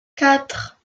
quatre